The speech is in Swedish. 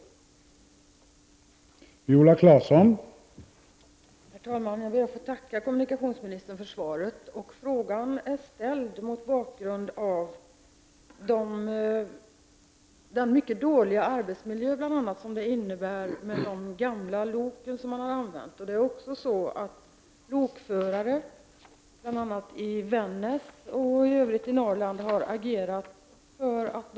Då Maggi Mikaelsson, som framställt frågan, anmält att hon var förhindrad att närvara vid sammanträdet, medgav tredje vice talmannen att Viola Claesson i stället fick delta i överläggningen.